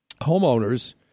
homeowners